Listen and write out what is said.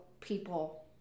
people